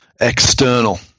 external